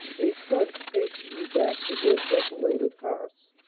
they trudge patiently back to their desolated hearths.